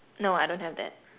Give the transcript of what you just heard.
no I don't have that